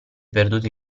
perduto